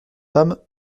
femme